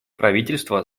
правительства